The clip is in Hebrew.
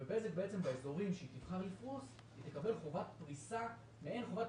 כשבזק באזורים שהיא תבחר לפרוס תקבל מעין חובת פריסה אוניברסאלית